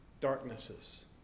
darknesses